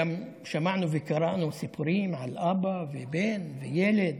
גם שמענו וקראנו סיפורים על אבא ובן, וילד,